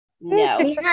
no